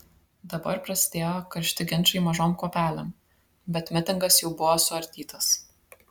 dabar prasidėjo karšti ginčai mažom kuopelėm bet mitingas jau buvo suardytas